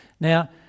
Now